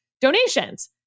donations